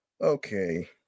Okay